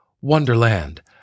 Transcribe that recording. Wonderland